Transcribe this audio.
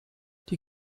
die